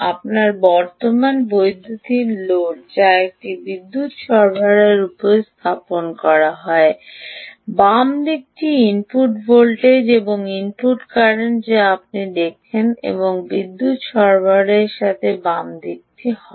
আপনার বর্তমান বৈদ্যুতিন লোড যা একটি বিদ্যুৎ সরবরাহের উপরে স্থাপন করা হয় বাম দিকটি ইনপুট ভোল্টেজ এবং ইনপুট কারেন্ট যা আপনি দেখেন এবং বিদ্যুত সরবরাহের সাথে বাম হাতটি হয়